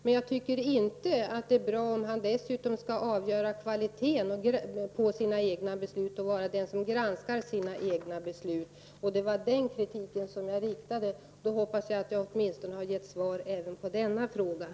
Men det är inte bra om en tjänsteman själv skall avgöra kvaliteten på egna beslut och även granska dessa. Det var på den punkten som jag hade kritik. Jag hoppas att jag därmed har gett svar åtminstone på den frågan.